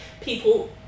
people